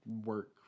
work